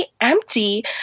empty